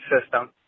system